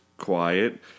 quiet